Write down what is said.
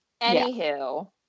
Anywho